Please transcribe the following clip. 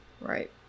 Right